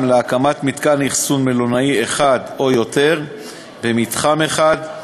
להקמת מתקן אכסון מלונאי אחד או יותר במתחם אחד,